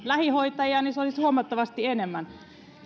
lähihoitajia huomattavasti enemmän